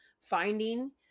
Finding